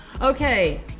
Okay